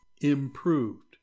improved